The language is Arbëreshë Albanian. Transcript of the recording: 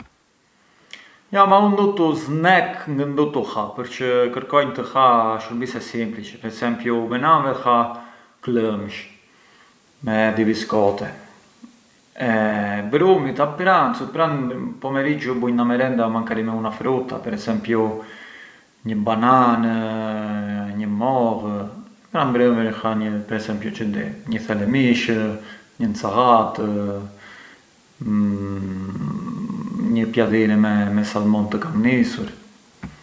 Jinari ë tëtim, ë i pari muaj i vitit, jinari mënd jetë i bardh o mënd jetë i zi, mënd jetë i bardhë n ara zborë, mënd jetë i zi se ë motë i zi, se ë qëro i lik.